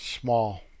Small